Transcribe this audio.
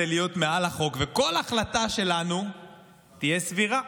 להיות מעל החוק וכל החלטה שלנו תהיה סבירה,